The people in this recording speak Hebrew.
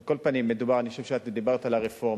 על כל פנים, אני חושב שאת דיברת על הרפורמה,